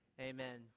Amen